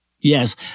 Yes